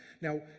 Now